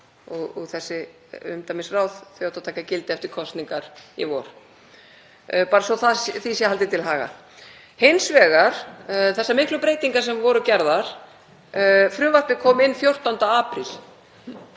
og þessi umdæmisráð, þau áttu að taka gildi eftir kosningar í vor. Bara svo því sé haldið til haga. Varðandi hins vegar þessar miklu breytingar sem voru gerðar þá kom frumvarpið inn 14. apríl